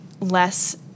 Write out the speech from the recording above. less